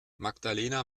magdalena